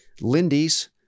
Lindy's